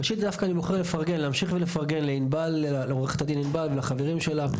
ראשית אני דווקא בוחר לפרגן לעורכת הדין ענבל ולחברים שלה,